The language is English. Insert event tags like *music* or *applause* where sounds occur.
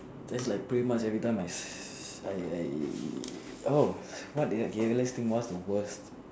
that's like pretty much everytime I *noise* I I oh what did I okay let's think what's the worst